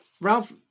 Ralph